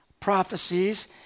prophecies